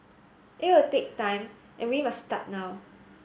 it will take time and we must start now